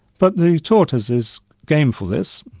but the tortoise is game for this,